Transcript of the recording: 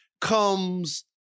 comes